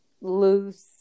loose